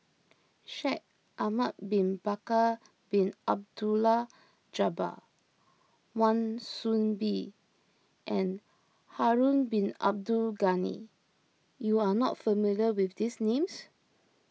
Shaikh Ahmad Bin Bakar Bin Abdullah Jabbar Wan Soon Bee and Harun Bin Abdul Ghani you are not familiar with these names